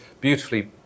beautifully